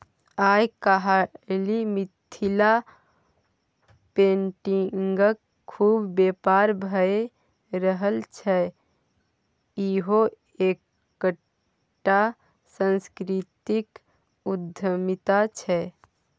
आय काल्हि मिथिला पेटिंगक खुब बेपार भए रहल छै इहो एकटा सांस्कृतिक उद्यमिता छै